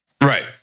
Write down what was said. right